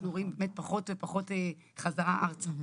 אנחנו רואים באמת פחות ופחות חזרה ארצה.